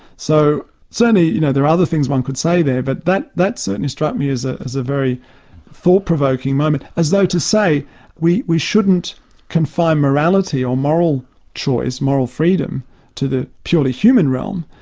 so certainly you know there are other things one could say there but that that certainly struck me as ah as a very thought provoking moment as though to say we we shouldn't confine morality or moral choice, moral freedom to the purely human realm.